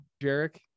Jarek